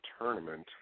tournament